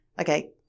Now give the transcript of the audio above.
okay